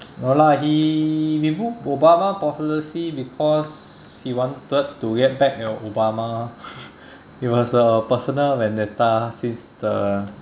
no lah he remove obama policy because he wanted to get back at obama it was a personal vendetta since the